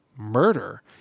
murder